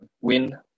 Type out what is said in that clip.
win